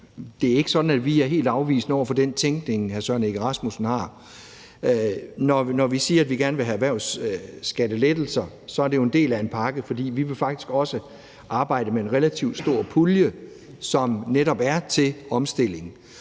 Det er ikke sådan, at vi er helt afvisende over for den tænkning, hr. Søren Egge Rasmussen har. Når vi siger, at vi gerne vil have erhvervsskattelettelser, er det jo en del af en pakke, for vi vil faktisk også arbejde med en relativt stor pulje, som netop er til omstilling.